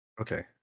Okay